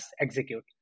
execute